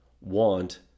want